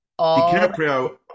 DiCaprio